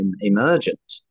emergent